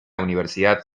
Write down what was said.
universidad